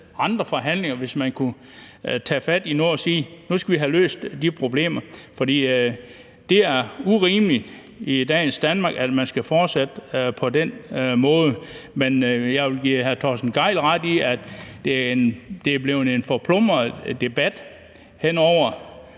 andre forhandlinger, hvis man kunne tage fat i noget og sige: Nu skal vi have løst de problemer. For det er urimeligt i dagens Danmark, at man skal fortsætte på den måde. Men jeg vil give hr. Torsten Gejl ret i, at det er blevet en forplumret debat hen over